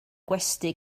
gwesty